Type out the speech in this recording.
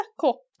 cool